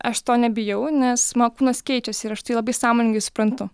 aš to nebijau nes mano kūnas keičiasi ir aš tai labai sąmoningai suprantu